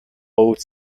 both